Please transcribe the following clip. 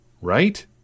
Right